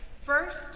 First